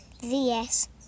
VS